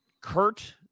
Kurt